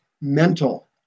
mental